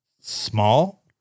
small